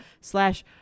slash